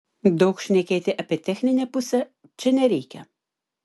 daug šnekėti apie techninę pusę čia nereikia